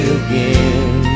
again